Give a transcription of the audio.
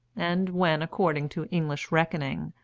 and when, according to english reckoning,